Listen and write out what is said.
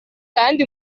kandi